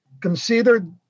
considered